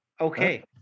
okay